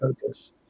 focus